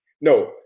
no